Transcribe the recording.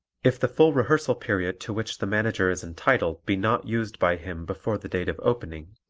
if the full rehearsal period to which the manager is entitled be not used by him before the date of opening,